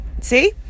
See